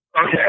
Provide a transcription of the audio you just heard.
Okay